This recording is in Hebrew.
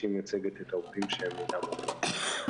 שמייצגת את העובדים שאינם רופאים.